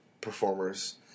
performers